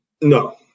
No